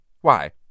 Why